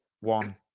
one